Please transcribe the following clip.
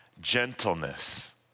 gentleness